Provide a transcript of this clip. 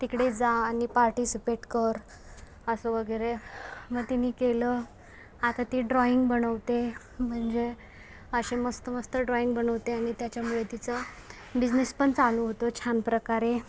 तिकडे जा आणि पार्टीसिपेट कर असं वगैरे मग तिनी केलं आता ती ड्रॉईंग बनवते म्हणजे अशे मस्त मस्त ड्रॉईंग बनवते आणि त्याच्यामुळे तिचं बिजनेस पण चालू होतो छानप्रकारे